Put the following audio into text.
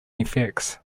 effects